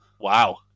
wow